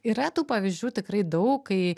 yra tų pavyzdžių tikrai daug kai